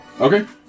Okay